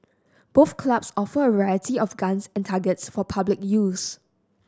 both clubs offer a variety of guns and targets for public use